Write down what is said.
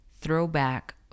throwback